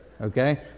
okay